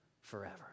forever